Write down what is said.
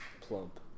plump